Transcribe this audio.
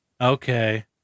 Okay